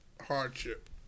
hardship